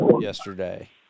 yesterday